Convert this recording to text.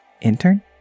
Intern